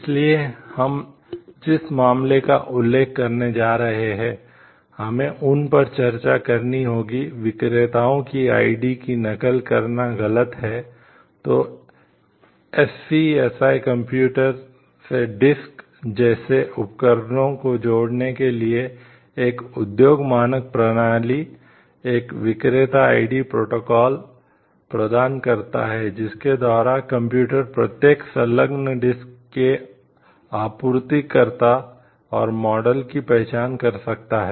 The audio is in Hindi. इसलिए हम जिस मामले का उल्लेख करने जा रहे हैं हमें उन पर चर्चा करनी होगी विक्रेताओं की आईडी की पहचान कर सकता है